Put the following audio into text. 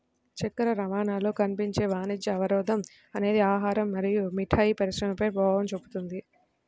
చక్కెర రవాణాలో కనిపించే వాణిజ్య అవరోధం అనేది ఆహారం మరియు మిఠాయి పరిశ్రమపై ప్రభావం చూపుతుంది